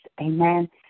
amen